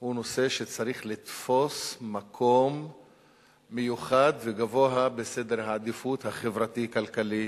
הוא נושא שצריך לתפוס מקום מיוחד וגבוה בסדר העדיפות החברתי-כלכלי